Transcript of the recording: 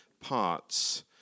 parts